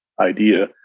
idea